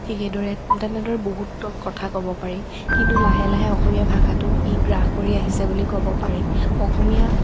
ঠিক সেইদৰে তেনেদৰে বহুতৰ কথা ক'ব পাৰি কিন্তু লাহে লাহে অসমীয়া ভাষাটো ই গ্ৰাস কৰি আহিছে বুলি ক'ব পাৰি অসমীয়া